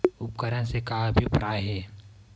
उपकरण से का अभिप्राय हे?